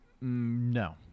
No